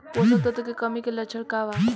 पोषक तत्व के कमी के लक्षण का वा?